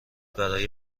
برای